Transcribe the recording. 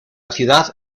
ciudad